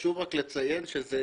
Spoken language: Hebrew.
חשוב לציין שזה